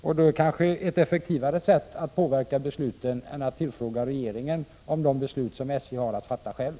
Det är kanske ett effektivare sätt att påverka besluten än att tillfråga regeringen om de beslut som SJ har att fatta själv.